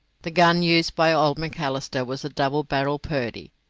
the gun used by old macalister was a double-barrelled purdy,